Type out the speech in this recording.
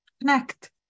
connect